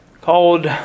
called